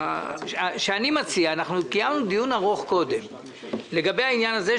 שאני מציע אנחנו קיימנו דיון ארוך קודם לגבי העניין הזה,